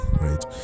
right